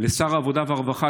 לשר העבודה והרווחה,